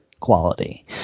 quality